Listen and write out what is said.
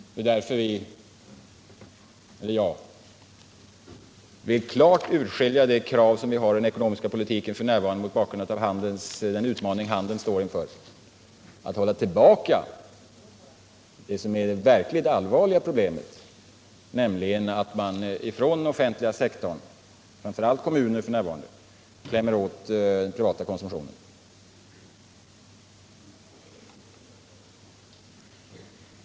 Det är därför som jag vill klart urskilja de krav som vi f.n. har på den ekonomiska politiken mot bakgrund av den utmaning som handeln står inför. Man får inte hålla tillbaka det verkligt allvarliga problemet, nämligen att den offentliga sektorn, framför allt kommunerna, klämmer åt den privata konsumtionen.